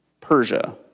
Persia